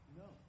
no